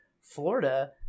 Florida